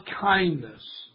kindness